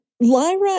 Lyra